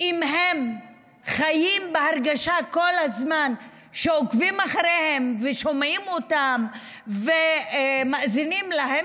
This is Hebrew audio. אם הם חיים בהרגשה שכל הזמן עוקבים אחריהם ושומעים אותם ומאזינים להם,